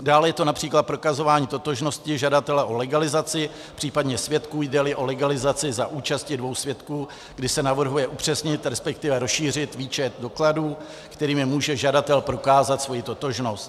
Dále je to například prokazování totožnosti žadatele o legalizaci, případně svědků, jdeli o legalizaci za účasti dvou svědků, kdy se navrhuje upřesnit, respektive rozšířit výčet dokladů, kterými může žadatel prokázat svoji totožnost.